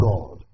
God